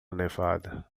nevada